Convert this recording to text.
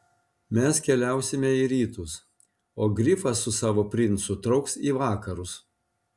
mes keliausime į rytus o grifas su savo princu trauks į vakarus